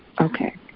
okay